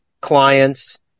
clients